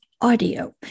audio